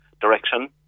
direction